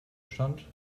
stand